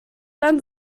dann